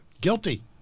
guilty